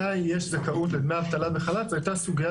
מתי יש זכאות לדמי אבטלה בחל"ת זו הייתה סוגיה